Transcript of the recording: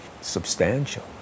substantial